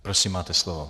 Prosím, máte slovo.